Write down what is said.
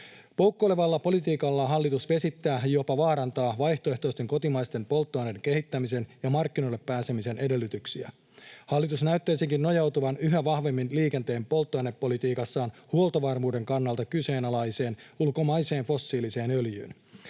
Poukkoilevalla politiikallaan hallitus vesittää ja jopa vaarantaa vaihtoehtoisten kotimaisten polttoaineiden kehittämisen ja markkinoille pääsemisen edellytyksiä. Hallitus näyttäisikin nojautuvan yhä vahvemmin liikenteen polttoainepolitiikassaan huoltovarmuuden kannalta kyseenalaiseen ulkomaiseen fossiiliseen öljyyn.